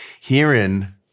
Herein